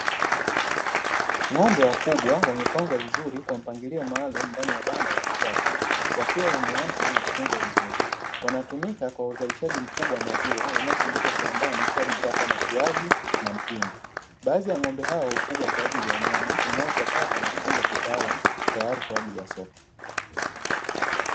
Ng’ombe wakubwa wapengwa vizuri kwa mpangilio maalumu ndani ya banda la kisasa, wakiwa wenye afya na kutunzwa vizuri; wanatumika kwa uzalishaji mkubwa wa maziwa yanayo sindikwa kiwandani kuwa bidhaa kama siagi na mtindi, baadhi ya ng’ombe hao ufugwa kwa ajili ya nyama inayochakatwa na kufungwa kitaalamu tayari kwa ajili ya soko.